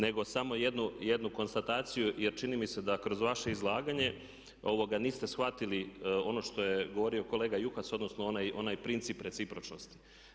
Nego samo jednu konstataciju jer čini mi se da kroz vaše izlaganje niste shvatili ono što je govorio kolega Juhas odnosno onaj princip recipročnosti.